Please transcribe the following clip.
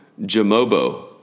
Jamobo